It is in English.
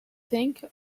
think